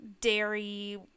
dairy